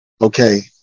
Okay